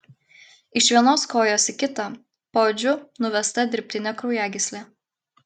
iš vienos kojos į kitą paodžiu nuvesta dirbtinė kraujagyslė